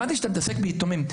שמעתי שאתה מתעסק ביתומים,